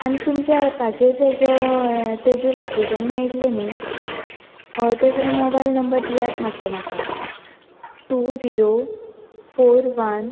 आनी तुमच्या एपाचेर तेजो लोकेशन मेयटलें न्ही हय तेजो मोबायल नंबर दियात मातसो म्हाका टू जिरो फोर वन